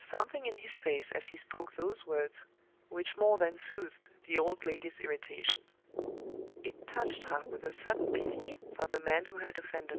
there was something in his face as he spoke those words which more than soothed the old lady's irritation it touched her with a sudden pity for the man who had offended her.